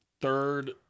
third